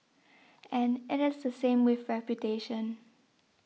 and it is the same with reputation